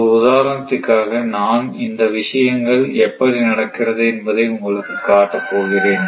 ஒரு உதாரணத்திற்காக நான் இந்த விஷயங்கள் எப்படி நடக்கிறது என்பதை உங்களுக்கு காட்டப் போகிறேன்